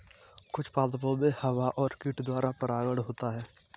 कुछ पादपो मे हवा और कीट द्वारा परागण होता है